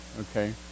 Okay